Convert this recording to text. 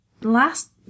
last